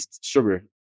sugar